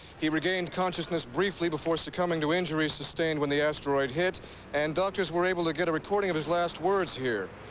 he regaine consciousness briefly before succumbing to injies sustained when t asteroid hit and doctors were able to get a recording of his last words here.